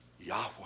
Yahweh